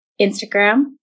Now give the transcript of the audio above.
Instagram